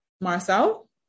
Marcel